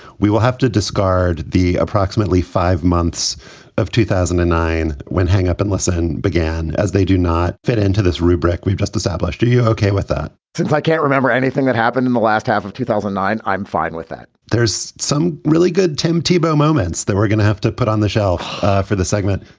we will have to discard the approximately five months of two thousand and nine when hang up and listen began as they do not fit into this rubric. we've just established you. you ok with that? since i can't remember anything that happened in the last half of two thousand and nine, i'm fine with that there's some really good tim tebow moments that we're gonna have to put on the shelf for the segment.